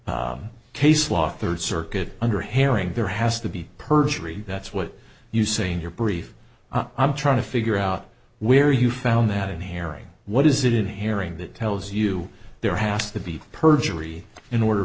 case law third circuit under herring there has to be perjury that's what you saying your brief i'm trying to figure out where you found that in herring what is it in hearing that tells you there has to be perjury in order